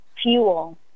fuel